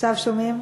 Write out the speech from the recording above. עכשיו שומעים?